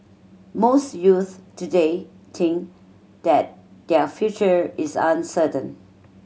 most youths today think that their future is uncertain